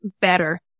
better